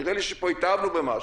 נראה לי שפה התאהבנו במשהו,